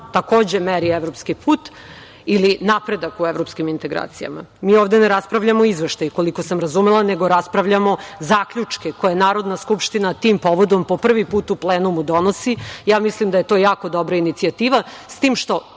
takođe, meri evropski put ili napredak u evropskim integracijama. Mi ovde ne raspravljamo o izveštaju, koliko sam razumela, nego raspravljamo zaključke koje je Narodna skupština tim povodom po prvi put u plenumu donosi. Mislim da je to jako dobra inicijativa, s tim što